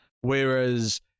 whereas